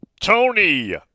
Tony